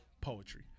poetry